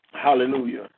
Hallelujah